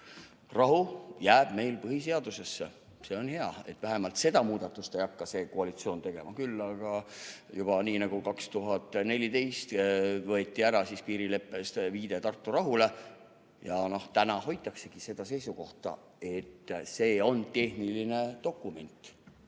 rahu jääb meil põhiseadusesse. See on hea, et vähemalt seda muudatust ei hakka see koalitsioon tegema. Küll aga nii nagu juba 2014 võeti piirileppest ära viide Tartu rahule, nii täna hoitaksegi seda seisukohta, et see on tehniline dokument